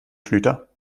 schlüter